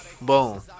Boom